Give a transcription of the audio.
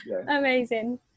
amazing